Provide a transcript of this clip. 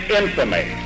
infamy